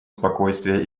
спокойствия